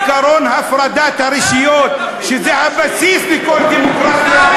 עקרון הפרדת הרשויות, שזה הבסיס לכל דמוקרטיה,